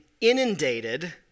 inundated